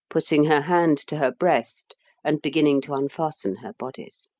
putting her hand to her breast and beginning to unfasten her bodice